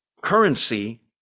currency